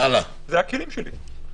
זה הכלים שלי.